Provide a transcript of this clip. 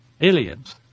aliens